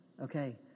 Okay